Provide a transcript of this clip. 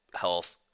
health